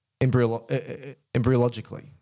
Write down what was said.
embryologically